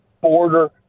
border